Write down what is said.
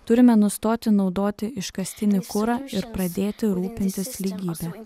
turime nustoti naudoti iškastinį kurą ir pradėti rūpintis lygybe